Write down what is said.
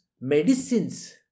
medicines